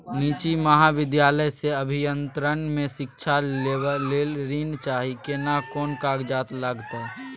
निजी महाविद्यालय से अभियंत्रण मे शिक्षा लेबा ले ऋण चाही केना कोन कागजात लागतै?